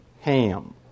ham